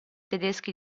tedeschi